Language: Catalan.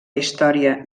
història